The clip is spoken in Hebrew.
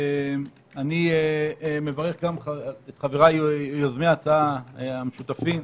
אני מברך גם את חבריי יוזמי ההצעה השותפים.